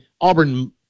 Auburn